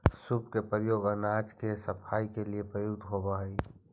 सूप के प्रयोग अनाज के सफाई के लिए प्रयुक्त होवऽ हई